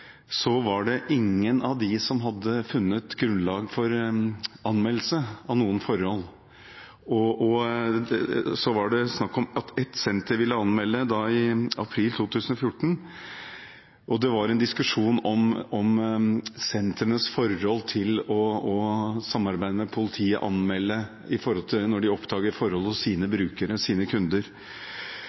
var det ingen av dem som hadde funnet grunnlag for anmeldelse av noen forhold. I april 2014 var det snakk om at ett senter ville anmelde, og det var en diskusjon om sentrenes samarbeid med politiet og å anmelde når de oppdager forhold hos sine brukere, sine kunder.